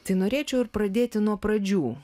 tai norėčiau ir pradėti nuo pradžių